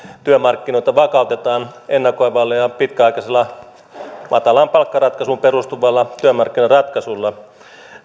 työmarkkinoita vakautetaan ennakoivalla ja ja pitkäaikaisella matalaan palkkaratkaisuun perustuvalla työmarkkinaratkaisulla